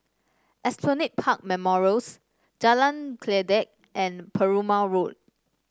Esplanade Park Memorials Jalan Kledek and Perumal Road